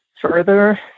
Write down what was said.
further